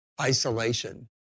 isolation